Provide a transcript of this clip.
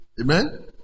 Amen